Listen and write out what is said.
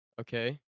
Okay